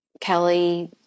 Kelly